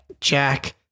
Jack